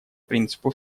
принципу